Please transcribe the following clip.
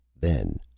then.